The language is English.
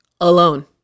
alone